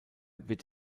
wird